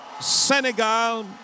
Senegal